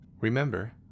Remember